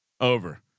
over